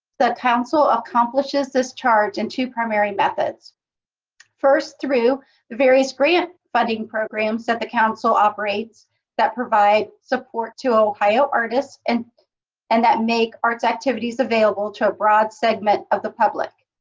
the council accomplishes this charge in two primary methods first through the various grant funding programs that the council operates that provide support to ohio artists and and that make arts activities available to a broad segment of the public,